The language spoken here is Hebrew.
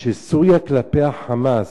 של רוסיה כלפי ה"חמאס".